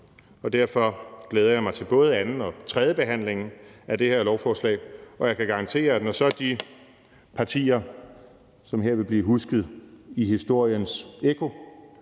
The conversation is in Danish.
Og derfor glæder jeg mig til både anden- og tredjebehandlingen af det her lovforslag. Og jeg kan garantere over for de partier, som her vil blive husket i historiens ekko